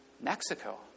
Mexico